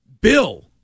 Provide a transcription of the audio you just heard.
Bill